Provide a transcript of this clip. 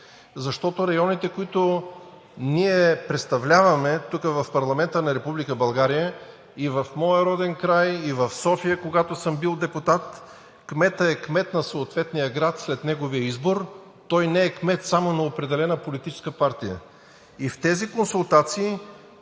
защото районите, които ние представляваме тук в парламента на Република България, и в моя роден край, и в София, когато съм бил депутат, кметът е кмет на съответния град след неговия избор, той не е кмет само на определена политическа партия. В тези консултации